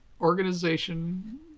organization